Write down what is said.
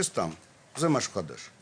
זה משהו חדש.